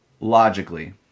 logically